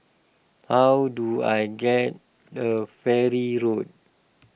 how do I get the Farrer Road